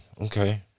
Okay